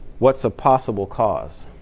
what's a possible cause?